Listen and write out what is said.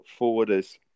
forwarders